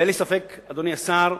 אדוני השר,